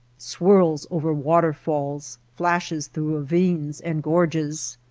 swirls over waterfalls, flashes through ravines and gorges.